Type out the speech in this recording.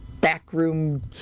backroom